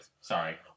Sorry